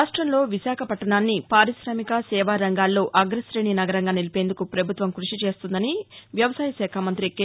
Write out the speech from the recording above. రాష్టంలో విశాఖపట్లణాన్ని పారిశామిక సేవారంగాల్లో అగ్రశేణి నగరంగా నిలిపేందుకు ప్రభుత్వం కృషి చేస్తోందని వ్యవసాయశాఖ మంత్రి కె